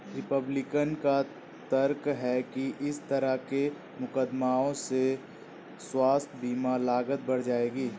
Republican का तर्क है कि इस तरह के मुकदमों से स्वास्थ्य बीमा लागत बढ़ जाएगी